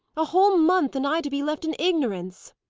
a whole month, and i to be left in ignorance!